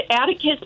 Atticus